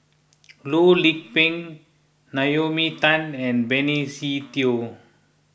Loh Lik Peng Naomi Tan and Benny Se Teo